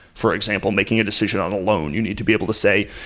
for example, making a decision on a loan. you need to be able to say,